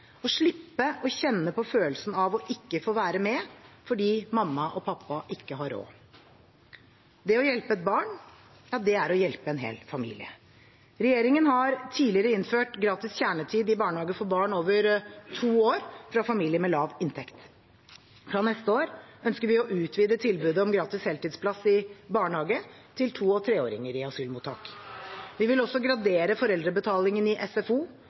slippe å kjenne på følelsen av å ikke få være med fordi mamma og pappa ikke har råd. Å hjelpe et barn er å hjelpe en hel familie. Regjeringen har tidligere innført gratis kjernetid i barnehage for barn over to år fra familier med lav inntekt. Fra neste år ønsker vi å utvide tilbudet om gratis heltidsplass i barnehage til to- og treåringer i asylmottak. Vi vil også gradere foreldrebetalingen i SFO